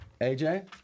AJ